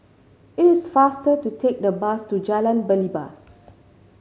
it is faster to take the bus to Jalan Belibas